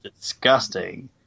disgusting